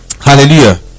hallelujah